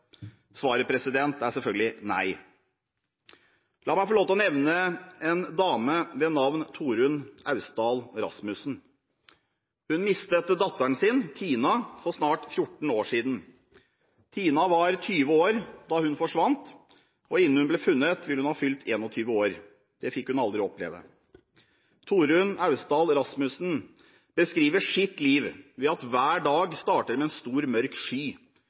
Svaret er selvfølgelig nei. La meg få lov til å nevne en dame ved navn Torunn Austdal Rasmussen. Hun mistet datteren sin, Tina, for snart 14 år siden. Tina var 20 år da hun forsvant, og innen hun ble funnet, ville hun ha fylt 21 år. Det fikk hun aldri oppleve. Torunn Austdal Rasmussen beskriver sitt liv med at hver dag starter med en stor, mørk sky,